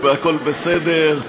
והכול בסדר,